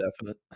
definite